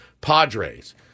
Padres